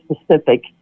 specific